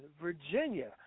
Virginia